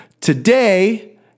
today